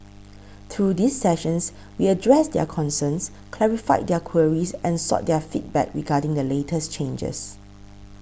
through these sessions we addressed their concerns clarified their queries and sought their feedback regarding the latest changes